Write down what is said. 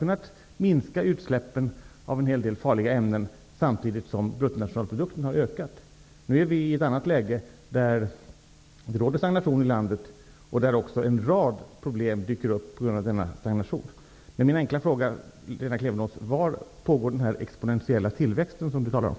Utsläppen av en hel del farliga ämnen minskades, samtidigt som bruttonationalprodukten ökade. Nu är vi i ett annat läge med stagnation i landet, som medför att en rad problem dyker upp. Min enkla fråga till Lena Klevenås är: Var pågår den exponentiella tillväxten, som hon talar om?